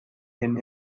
him